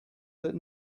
that